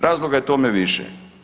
Razloga je tome više.